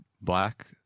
black